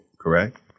Correct